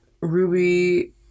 Ruby